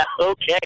Okay